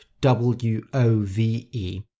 w-o-v-e